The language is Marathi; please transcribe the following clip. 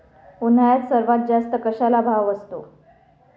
उन्हाळ्यात सर्वात जास्त कशाला भाव असतो?